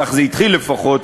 כך זה התחיל לפחות,